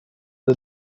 del